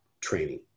training